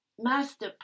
Master